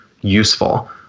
useful